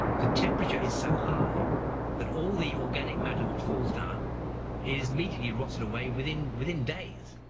the temperature is so high that all the organic matter that falls down is immediately rotted away within within days.